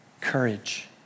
courage